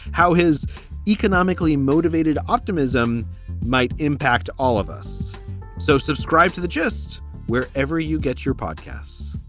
how his economically motivated optimism might impact all of us so subscribe to the gist wherever you get your podcasts